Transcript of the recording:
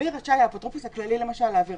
למי רשאי האפוטרופוס הכללי למשל להעביר